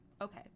Okay